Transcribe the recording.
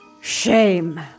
Shame